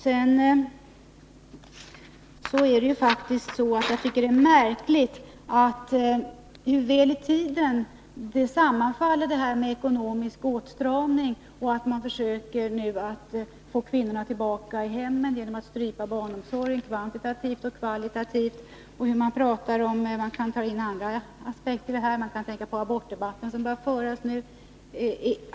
Sedan tycker jag det är märkligt hur väl i tiden den ekonomiska åtstramningen sammanfaller med försöken att få kvinnorna tillbaka till hemmen genom att strypa barnomsorgen både kvantitativt och kvalitativt. Det finns också andra aspekter i detta sammanhang. Man kan tänka på abortdebatten som börjar föras nu igen.